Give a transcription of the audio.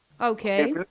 Okay